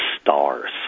stars